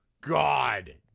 god